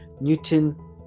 Newton